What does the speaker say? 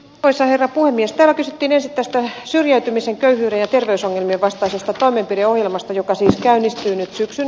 pesäero puimista kysyttiin esitetään syrjäytymisen köyhyyden terveysongelmien vastaisesta toimenpideohjelmasta joka siis käynnistynyt syksyn